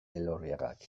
elorriagak